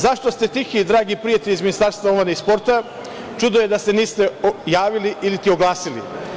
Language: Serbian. Zašto ste tihi dragi prijatelji, iz Ministarstva omladine i sporta, čudo je da se niste javili ili oglasili?